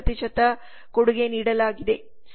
6 ಕೊಡುಗೆ ನೀಡಲಾಗಿದೆ